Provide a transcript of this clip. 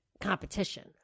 competition